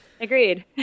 Agreed